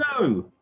No